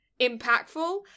impactful